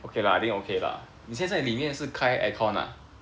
okay lah I think okay lah 你现在在里面是开 aircon ah